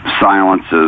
silences